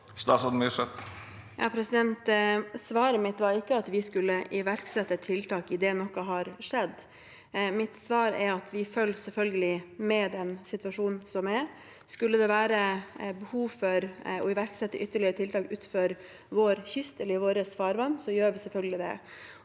Cecilie Myrseth Svaret mitt var ikke at vi skulle iverksette tiltak idet noe har skjedd. Mitt svar er at vi selvfølgelig følger med på den situasjonen som er. Skulle det være behov for å iverksette ytterligere tiltak utenfor vår kyst eller i våre farvann, gjør vi selvfølgelig det.